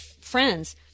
friends